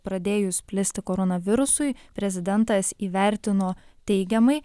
pradėjus plisti koronavirusui prezidentas įvertino teigiamai